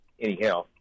anyhow